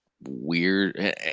weird